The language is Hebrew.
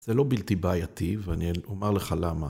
זה לא בלתי בעייתי ואני אומר לך למה.